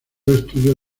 estudios